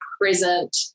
present